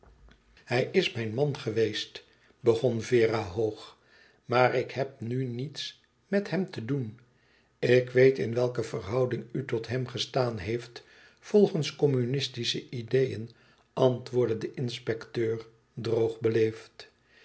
hij is mijn man geweest begon vera hoog maar ik heb nu niets met hem te doen ik weet in welke verhouding u tot hem gestaan heeft volgens communistische ideeën antwoordde de inspecteur droog beleefd